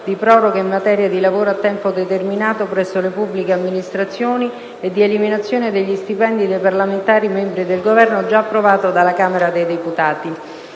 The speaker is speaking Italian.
di proroga in materia di lavoro a tempo determinato presso le pubbliche amministrazioni e di eliminazione degli stipendi dei parlamentari membri del Governo, considerato che l'articolo